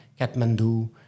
Kathmandu